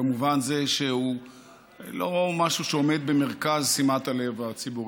במובן זה שהוא לא משהו שעומד במרכז שימת הלב הציבורית.